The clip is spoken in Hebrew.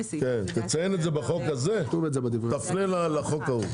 תציין את זה בחוק הזה, תפנה לחוק ההוא.